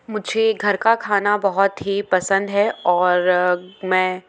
मुझे घर का खाना बहुत ही पसंद है और मैं